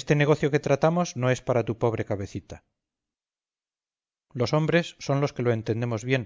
este negocio que tratamos no es para tu pobre cabecita los hombres son los que lo entendemos bien